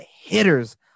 hitters